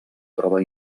troba